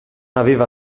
aveva